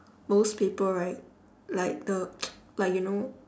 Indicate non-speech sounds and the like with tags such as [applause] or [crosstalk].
most paper right like the [noise] like you know